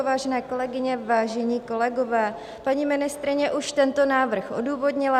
Vážené kolegyně, vážení kolegové, paní ministryně už tento návrh odůvodnila.